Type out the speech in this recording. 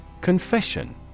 Confession